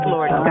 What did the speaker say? Lord